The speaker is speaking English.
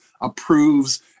approves